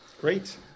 Great